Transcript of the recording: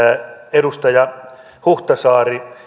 edustaja huhtasaari